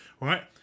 right